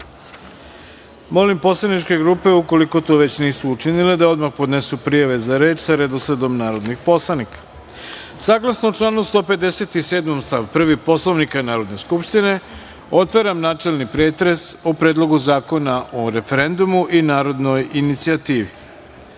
poslaničke grupe, ukoliko to već nisu učinile, da odmah podnesu prijave za reč sa redosledom narodnih poslanika. Saglasno članu 157. stav 1. Poslovnika Narodne skupštine, otvaram načelni pretres o Predlogu zakona o referendumu i narodnoj inicijativi. Pozivam